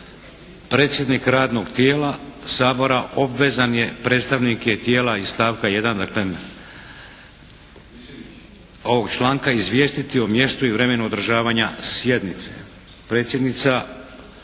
predsjednik radnog tijela Sabora obvezan je predstavnike tijela iz stavka 1. dakle ovog članka izvijestiti o mjestu i vremenu održavanja sjednice. Predsjednica